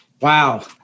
Wow